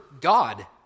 God